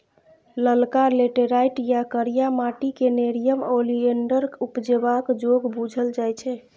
ललका लेटैराइट या करिया माटि क़ेँ नेरियम ओलिएंडर उपजेबाक जोग बुझल जाइ छै